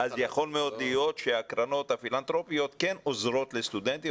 -- אז יכול מאוד להיות שהקרנות הפילנתרופיות כן עוזרות לסטודנטים,